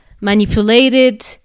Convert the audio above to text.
manipulated